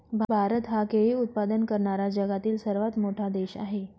भारत हा केळी उत्पादन करणारा जगातील सर्वात मोठा देश आहे